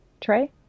Trey